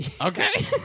Okay